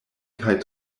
kaj